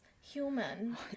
human